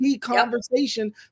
conversation